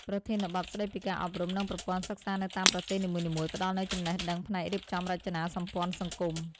ប្រធានបទស្ដីពីការអប់រំ និងប្រព័ន្ធសិក្សានៅតាមប្រទេសនីមួយៗ ផ្ដល់នូវចំណេះដឹងផ្នែករៀបចំរចនាសម្ព័ន្ធសង្គម។